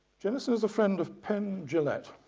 jenison is a friend of penn jillette,